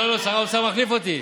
לא, לא, שר האוצר מחליף אותי.